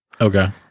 Okay